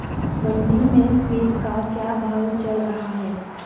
मंडी में सेब का क्या भाव चल रहा है?